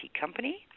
company